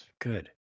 good